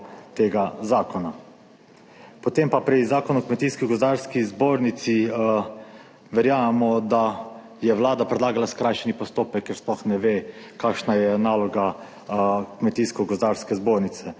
tega zakona. Potem pa pri zakonu o Kmetijsko gozdarski zbornici verjamemo, da je Vlada predlagala skrajšani postopek, ker sploh ne ve, kakšna je naloga Kmetijsko gozdarske zbornice.